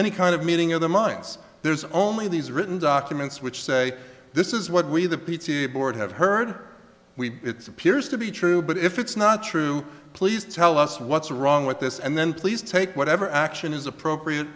any kind of meeting of the minds there's only these written documents which say this is what we the p t a board have heard we it's appears to be true but if it's not true please tell us what's wrong with this and then please take whatever action is appropriate